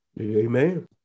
amen